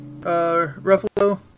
Ruffalo